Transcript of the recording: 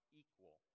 equal